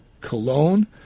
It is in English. cologne